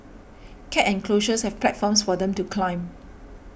cat enclosures have platforms for them to climb